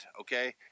okay